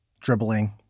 dribbling